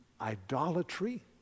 idolatry